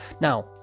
Now